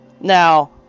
Now